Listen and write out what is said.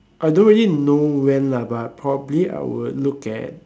I don't really know when lah but probably I would look at